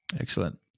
Excellent